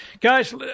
Guys